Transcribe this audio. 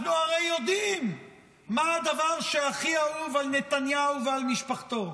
אנחנו הרי יודעים מה הדבר שהכי אהוב על נתניהו ועל משפחתו,